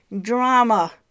drama